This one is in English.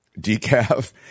Decaf